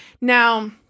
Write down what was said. Now